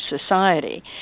society